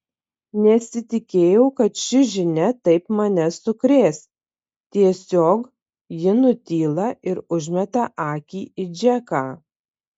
nesitikėjau kad ši žinia taip mane sukrės tiesiog ji nutyla ir užmeta akį į džeką